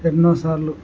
ఎన్నో సార్లు